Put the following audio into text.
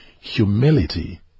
humility